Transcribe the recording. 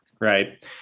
right